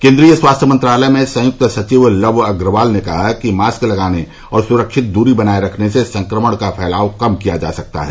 केन्द्रीय स्वास्थ्य मंत्रालय में संयक्त सविव लव अग्रवाल ने कहा कि मास्क लगाने और सुरक्षित दरी बनाये रखने से संक्रमण का फैलाव कम किया जा सकता है